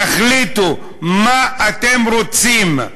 תחליטו מה אתם רוצים.